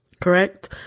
Correct